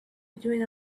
between